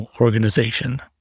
organization